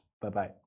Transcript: Bye-bye